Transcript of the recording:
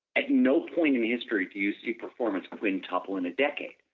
at no point in history do you see performance quintuple in a decade,